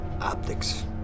optics